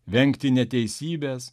vengti neteisybės